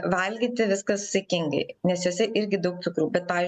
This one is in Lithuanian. valgyti viskas saikingai nes jose irgi daug cukrų bet pavyzdžiui